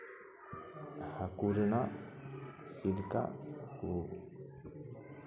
ᱦᱟᱹᱠᱩ ᱨᱮᱱᱟᱜ ᱪᱮᱫ ᱞᱮᱠᱟ ᱠᱚ